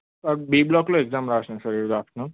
B బ్లాక్లో exam వ్రాసినా sir ఈ రోజు ఆఫ్టర్నూన్